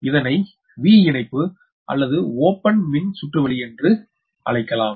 இதனை V இணைப்பு அல்லது ஓபன் மின் சுற்றுவலி என்று அழைக்கலாம்